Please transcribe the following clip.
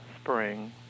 spring